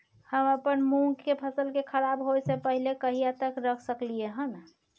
हम अपन मूंग के फसल के खराब होय स पहिले कहिया तक रख सकलिए हन?